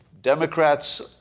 Democrats